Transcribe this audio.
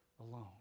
alone